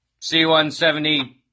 C-170